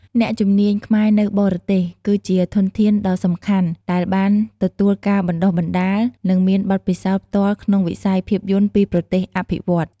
អ្នកជំនាញខ្មែរនៅបរទេស គឺជាធនធានដ៏សំខាន់ដែលបានទទួលការបណ្តុះបណ្តាល និងមានបទពិសោធន៍ផ្ទាល់ក្នុងវិស័យភាពយន្តពីប្រទេសអភិវឌ្ឍន៍។